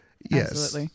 Yes